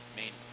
main